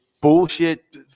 bullshit